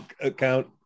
account